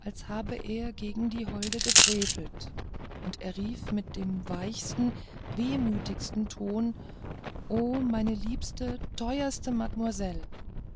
als habe er gegen die holde gefrevelt und er rief mit dem weichsten wehmütigsten ton meine liebste teuerste mademoiselle